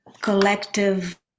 collective